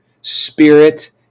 spirit